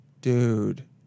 Dude